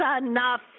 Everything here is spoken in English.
enough